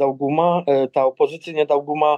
dauguma ta opozicinė dauguma